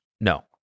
No